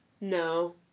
No